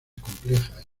compleja